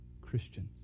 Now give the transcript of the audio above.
christians